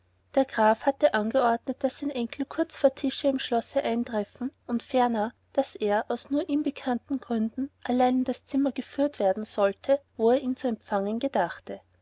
der graf hatte angeordnet daß sein enkel kurz vor tische im schlosse eintreffen und ferner daß er aus nur ihm bekannten gründen allein in das zimmer geführt werden sollte wo er ihn zu empfangen gedachte